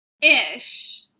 Ish